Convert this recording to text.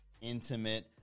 intimate